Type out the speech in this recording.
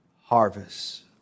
harvest